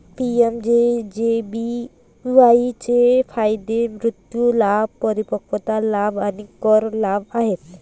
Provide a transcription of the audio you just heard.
PMJJBY चे फायदे मृत्यू लाभ, परिपक्वता लाभ आणि कर लाभ आहेत